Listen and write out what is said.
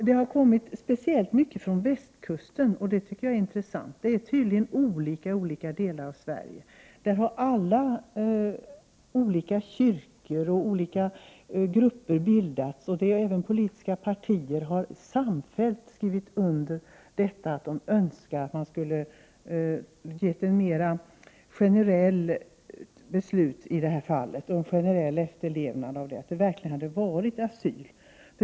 Det har kommit speciellt mycket brev från västkusten och det tycker jag är intressant. Det är tydligen olika i olika delar av Sverige. Kyrkor, nybildade grupper och politiska partier har samfällt skrivit under att de önskar att man skulle ge ett mera generellt beslut i dessa fall och en generell efterlevnad av beslutet när det verkligen är fråga om asyl.